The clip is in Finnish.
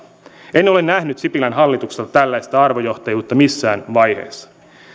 en ole nähnyt sipilän hallitukselta tällaista arvojohtajuutta missään vaiheessa